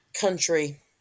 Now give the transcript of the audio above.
country